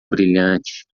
brilhante